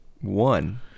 one